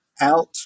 out